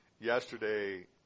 yesterday